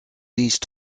these